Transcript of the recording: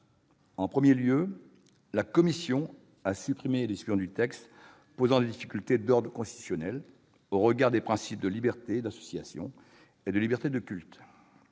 En premier lieu, la commission a supprimé les dispositions du texte posant des difficultés d'ordre constitutionnel au regard des principes de liberté d'association et de liberté de culte.